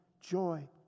joy